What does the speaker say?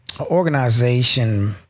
organization